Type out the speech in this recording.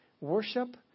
Worship